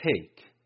Take